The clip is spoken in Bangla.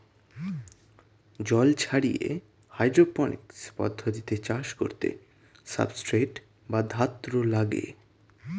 জল ছাড়িয়ে হাইড্রোপনিক্স পদ্ধতিতে চাষ করতে সাবস্ট্রেট বা ধাত্র লাগে